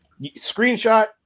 screenshot